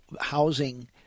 housing